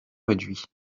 réduit